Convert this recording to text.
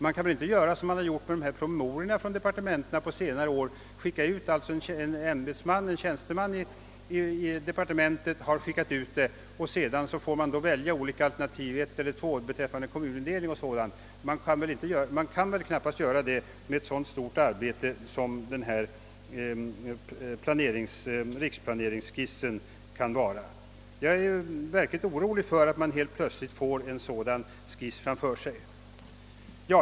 Man kan ju inte här förfara som man på senare år har gjort med promemorierna från departementen: en tjänsteman från departementet har skickat ut den utan att departementschefen tagit ställning och remissinstanserna har fått välja mellan olika alternativ. Man kan väl knappast göra så när det gäller ett så stort arbete som riksplaneringsskissen. Jag är verkligen orolig för att man plötsligt skall få sig förelagd en sådan skiss.